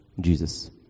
Jesus